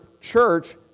Church